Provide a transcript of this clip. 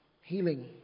healing